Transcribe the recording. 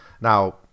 Now